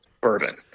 bourbon